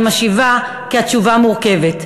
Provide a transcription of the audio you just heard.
אני משיבה כי התשובה מורכבת.